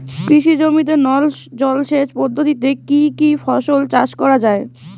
কৃষি জমিতে নল জলসেচ পদ্ধতিতে কী কী ফসল চাষ করা য়ায়?